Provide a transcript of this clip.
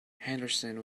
henderson